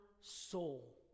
soul